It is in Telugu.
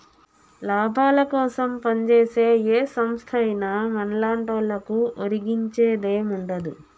లాభాలకోసం పంజేసే ఏ సంస్థైనా మన్లాంటోళ్లకు ఒరిగించేదేముండదు